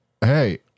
hey